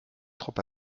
trop